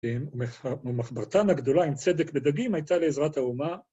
ומחברתן הגדולה עם צדק בדגים הייתה לעזרת האומה.